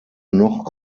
noch